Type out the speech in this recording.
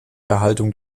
erhaltung